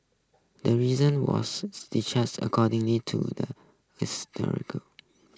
the reason was according to the